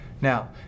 Now